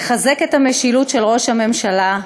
יחזק את המשילות של ראש הממשלה,